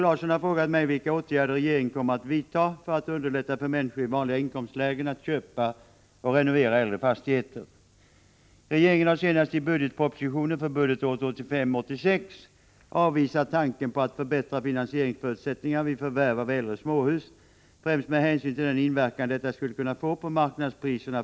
Det höga ränteläget har sedan länge försvårat för människor i vanliga inkomstlägen att köpa och renovera äldre fastigheter. Med den räntehöjning som nu skett kommer det att bli en omöjlighet. Människor som behöver en permanent bostad får vika för folk med gott om pengar som vill ha ett fritidshus.